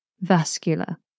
vascular